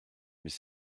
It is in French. mais